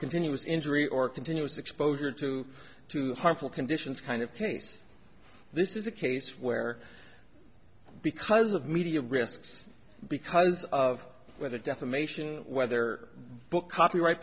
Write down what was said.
continuous injury or continuous exposure to two harmful conditions kind of place this is a case where because of media risks because of where the defamation whether book copyright